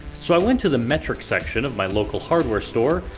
so i went to the metric section of my local hardware store,